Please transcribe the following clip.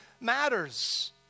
matters